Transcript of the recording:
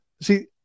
See